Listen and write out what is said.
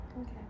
Okay